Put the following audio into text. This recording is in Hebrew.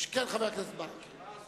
כן, חבר הכנסת ברכה.